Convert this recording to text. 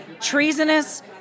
treasonous